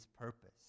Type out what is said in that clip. purpose